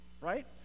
right